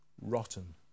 rotten